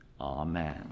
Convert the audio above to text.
Amen